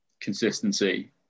Consistency